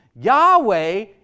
Yahweh